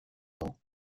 ans